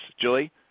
Julie